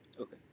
Okay